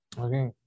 Okay